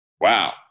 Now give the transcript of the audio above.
wow